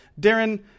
Darren